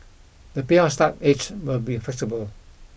the payout start age will be flexible